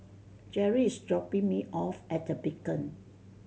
Jeri is dropping me off at The Beacon